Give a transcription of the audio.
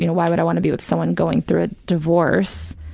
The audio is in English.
you know why would i want to be with someone going through a divorce?